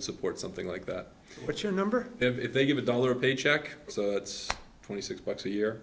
support something like that but your number if they give a dollar paycheck so it's twenty six bucks a year